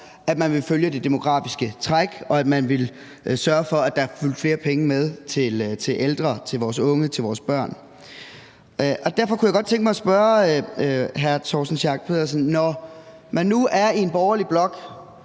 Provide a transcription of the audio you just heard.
at man ville følge det demografiske træk, og at man ville sørge for, at der fulgte flere penge med til ældre, til vores unge, til vores børn. Derfor kunne jeg godt tænke mig at spørge hr. Torsten Schack